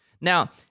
Now